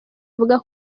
avuga